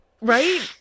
right